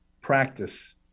practice